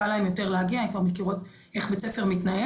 קל להן יותר להגיע והן כבר מכירות איך בית ספר מתנהל,